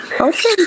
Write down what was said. Okay